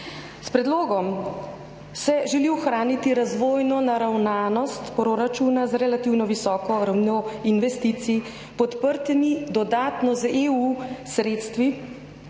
S predlogom se želi ohraniti razvojno naravnanost proračuna z relativno visoko ravnjo investicij, podprtimi dodatno z EU sredstvi